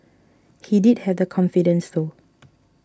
he did have the confidence though